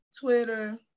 twitter